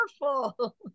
wonderful